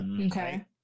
okay